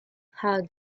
how